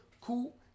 cool